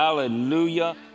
Hallelujah